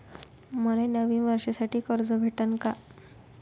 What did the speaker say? मले नवीन वर्षासाठी कर्ज भेटन का?